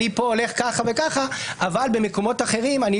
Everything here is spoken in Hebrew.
אני פה הולך ככה וככה אבל במקומות אחרים אני